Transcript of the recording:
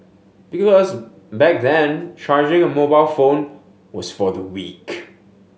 because back then charging a mobile phone was for the weak